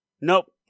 Nope